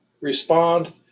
Respond